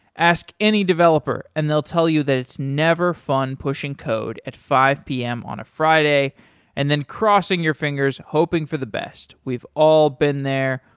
ask any developer and they'll tell you that it's never fun pushing code at five p m. on a friday and then crossing your fingers hoping for the best. we've all been there.